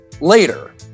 later